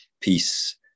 peace